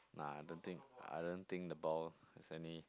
nah I don't think I don't think the ball has any